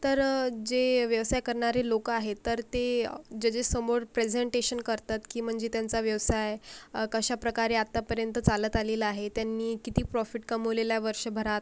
तर जे व्यवसाय करणारी लोक आहेत तर ते जजेस समोर प्रेझेंटेशन करतात की म्हणजे त्यांचा व्यवसाय कशा प्रकारे आतापर्यंत चालत आलेला आहे त्यांनी किती प्रॉफिट कमवलेले आहे वर्षभरात